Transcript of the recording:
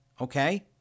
Okay